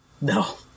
No